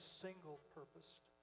single-purposed